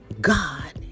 God